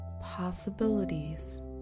possibilities